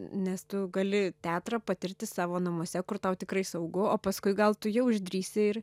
nes tu gali teatrą patirti savo namuose kur tau tikrai saugu o paskui gal tu jau išdrįsi ir